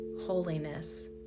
holiness